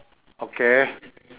okay